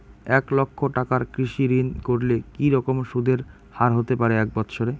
এক লক্ষ টাকার কৃষি ঋণ করলে কি রকম সুদের হারহতে পারে এক বৎসরে?